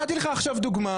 נתתי לך עכשיו דוגמה